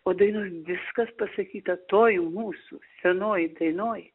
o dainoj viskas pasakyta toj jau mūsų senoj dainoj